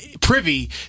privy